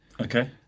Okay